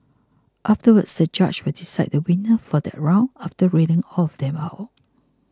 afterwards the judge will decide the winner for that round after reading all of them out